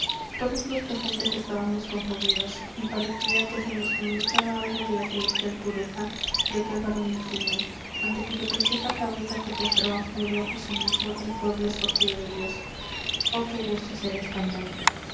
todos los presentes estábamos conmovidos y parecía que se nos comunicaba algo de la celestial pureza de aquel varón insigne ante cuya preciosa cabeza se postraba mudo y sumiso el pueblo escogido de dios oh qué gusto ser español